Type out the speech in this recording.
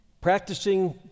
practicing